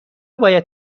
باید